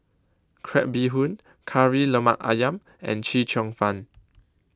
Crab Bee Hoon Kari Lemak Ayam and Chee Cheong Fun